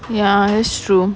ya it's true